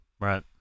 Right